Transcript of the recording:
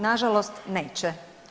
Na žalost neće.